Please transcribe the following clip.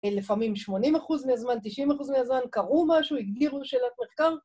לפעמים 80 אחוז מהזמן, 90 אחוז מהזמן קראו משהו, הגדירו שאלת מחקר.